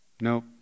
No